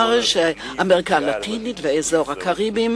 שבאמריקה הלטינית ואזור האיים הקריביים